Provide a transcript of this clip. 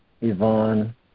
Yvonne